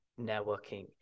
networking